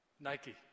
Nike